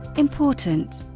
important!